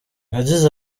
yagize